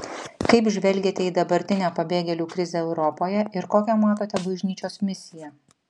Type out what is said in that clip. kaip žvelgiate į dabartinę pabėgėlių krizę europoje ir kokią matote bažnyčios misiją